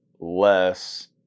less